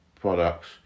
products